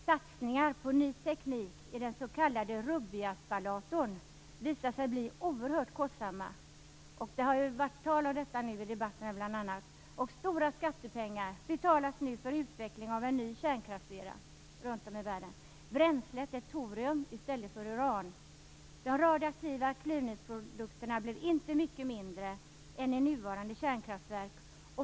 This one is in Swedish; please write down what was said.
Satsningar på ny teknik i den s.k. Rubbiaspallatorn visar sig bli oerhört kostsamma - det har varit tal om detta i debatten - och stora skattepengar betalas nu för utveckling av en ny kärnkraftsera runt om i världen. Bränslet är torium i stället för uran. De radioaktiva klyvningsprodukterna blir inte mycket mindre än i nuvarande kärnkraftverk.